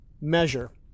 measure